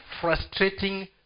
frustrating